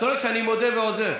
אתה רואה שאני מודה ועוזב.